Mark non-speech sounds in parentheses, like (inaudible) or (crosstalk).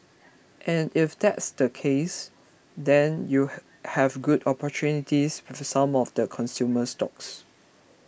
and if that's the case then you (hesitation) have good opportunities with some of the consumer stocks